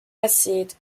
acide